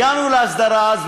הגענו להסדרה אז,